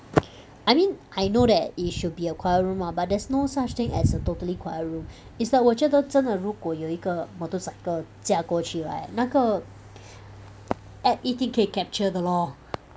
I mean I know that it should be a quiet room ah but there's no such thing as a totally quiet room it's like 我觉得真的如果有一个 motorcycle 驾过去 right 那个 app 一定可以 capture 的 lor